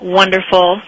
wonderful